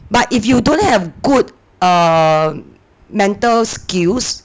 but if you don't have good err mental skills